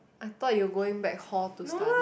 I thought you going back hall to study